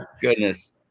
Goodness